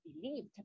believed